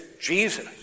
Jesus